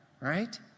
right